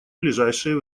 ближайшее